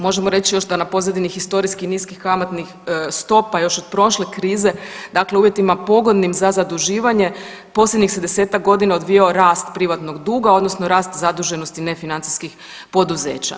Možemo reći još da na pozadini historijski niskih kamatnih stopa još od prošle krize, dakle u uvjetima pogodnim za zaduživanje posljednjih se desetak godina odvijao rast privatnog duga, odnosno rast zaduženosti nefinancijskih poduzeća.